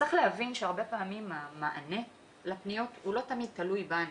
צריך להבין שהרבה פעמים המענה לפניות לא תמיד תלוי בנו.